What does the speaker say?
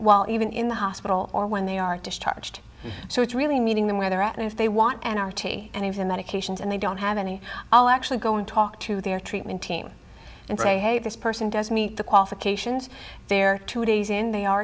while even in the hospital or when they are discharged so it's really meeting them where they're at and if they want any of the medications and they don't have any i'll actually go and talk to their treatment team and say hey this person does meet the qualifications there two days in they are